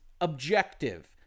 objective